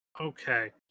Okay